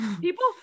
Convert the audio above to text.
People